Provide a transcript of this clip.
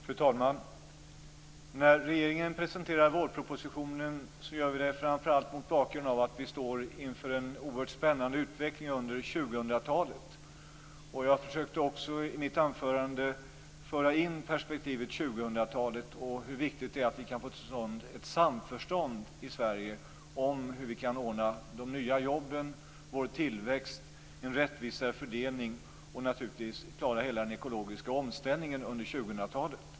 Fru talman! När regeringen presenterar vårpropositionen gör vi det framför allt mot bakgrund av att vi står inför en oerhört spännande utveckling under 2000-talet. Jag försökte i mitt huvudanförande föra in perspektivet 2000-talet och hur viktigt det är att vi kan få till stånd ett samförstånd i Sverige om hur vi kan ordna de nya jobben, vår tillväxt och en rättvisare fördelning och, naturligtvis klara hela den ekologiska omställningen under 2000-talet.